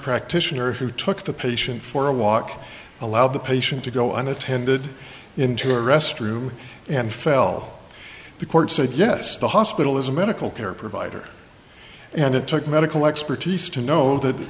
practitioner who took the patient for a walk allowed the patient to go unattended into a restroom and fell off the court said yes the hospital is a medical care provider and it took medical expertise to know that